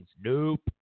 Nope